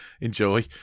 Enjoy